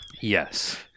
Yes